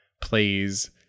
plays